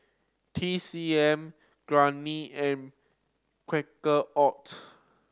T C M Garnier and Quaker Oat